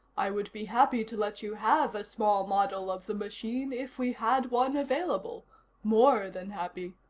i would be happy to let you have a small model of the machine if we had one available more than happy.